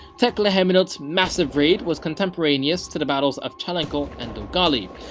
tekle haimanot's massive raid was contemporaneous to the battles of chelenqo and dogali.